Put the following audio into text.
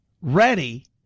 ready